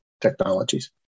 technologies